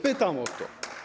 Pytam o to.